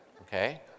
okay